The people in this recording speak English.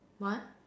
what